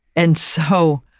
and so,